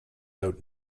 out